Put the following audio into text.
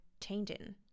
changing